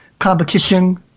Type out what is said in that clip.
competition